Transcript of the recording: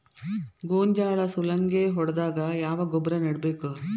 ಗೋಂಜಾಳ ಸುಲಂಗೇ ಹೊಡೆದಾಗ ಯಾವ ಗೊಬ್ಬರ ನೇಡಬೇಕು?